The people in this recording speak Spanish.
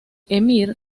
emir